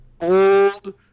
old